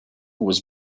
was